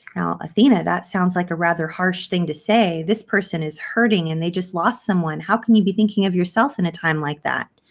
now, athena, that sounds like a rather harsh thing to say. this person is hurting and they just lost someone. how can you be thinking of yourself in a time like that?